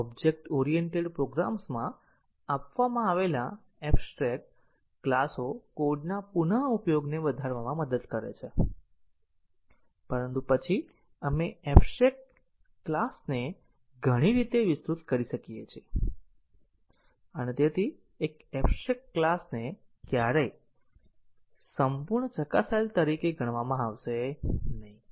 object oriented પ્રોગ્રામ્સમાં આપવામાં આવેલા એબસ્ટ્રેકટ ક્લાસો કોડના પુનઉપયોગને વધારવામાં મદદ કરે છે પરંતુ પછી આપણે એબસ્ટ્રેકટ ક્લાસને ઘણી રીતે વિસ્તૃત કરી શકીએ છીએ અને એક એબસ્ટ્રેકટ ક્લાસને ક્યારેય સંપૂર્ણ ચકાસાયેલ તરીકે ગણવામાં આવશે નહીં